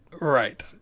right